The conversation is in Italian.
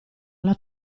alla